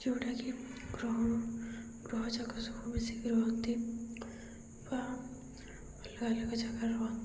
ଯେଉଁଟାକି ଗ୍ରହ ଗ୍ରହ ଯାକ ସବୁ ମିଶିକି ରୁହନ୍ତି ବା ଅଲଗା ଅଲଗା ଜାଗାରେ ରହନ୍ତି